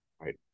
right